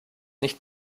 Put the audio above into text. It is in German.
nicht